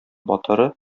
батыры